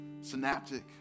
synaptic